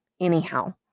anyhow